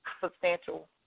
Substantial